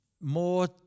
more